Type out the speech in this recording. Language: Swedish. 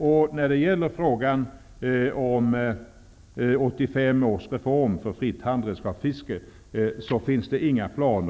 Det finns inga planer på att ändra i l985 års reform om fritt handredskapsfiske.